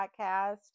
podcast